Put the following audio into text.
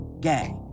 Gay